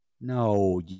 No